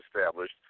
established